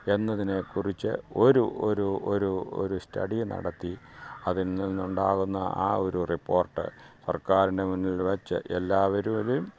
എന്നതിനെ കുറിച്ച് ഒരു ഒരു ഒരു ഒരു സ്റ്റഡി നടത്തി അതില് നിന്ന് ഉണ്ടാകുന്ന ആ ഒരു റിപ്പോര്ട്ട് സര്ക്കാരിന്റെ മുന്നില് വെച്ച് എല്ലാവരും